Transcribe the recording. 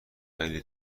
خیلی